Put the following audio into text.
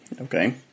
Okay